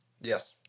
Yes